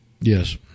Yes